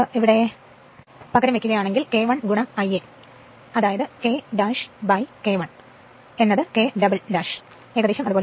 ഇവിടെ പകരം വയ്ക്കുകയാണെങ്കിൽ K 1 Ia അതിനാൽ K K 1 K